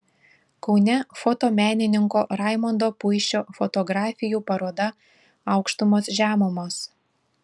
kaune fotomenininko raimondo puišio fotografijų paroda aukštumos žemumos